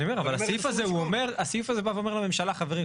אבל הסעיף זה הוא בא ואומר לממשלה חברים,